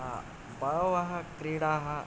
बहवः क्रीडाः